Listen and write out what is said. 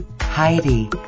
Heidi